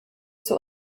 zur